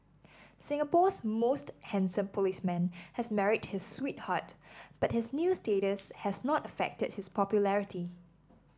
Singapore's most handsome policeman has married his sweetheart but his new status has not affected his popularity